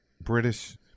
British